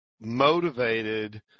motivated